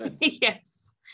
Yes